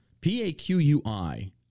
P-A-Q-U-I